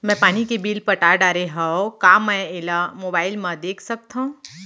मैं पानी के बिल पटा डारे हव का मैं एला मोबाइल म देख सकथव?